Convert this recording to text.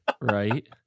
Right